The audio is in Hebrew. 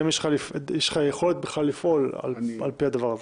והאם יש לך יכולת לפעול על פי הדבר הזה?